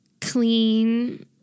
clean